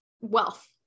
wealth